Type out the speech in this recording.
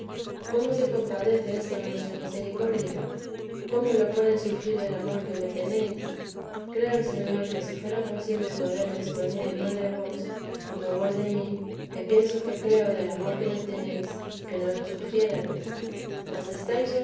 cómo se compadece esto en vuestra misericordia cómo lo puede sufrir el amor que me tenéis creo señor que si fuera posible poderme esconder yo de vos como vos de mí que pienso y creo del amor que me teteresa de jesús neis que no lo sufriríades mas estáis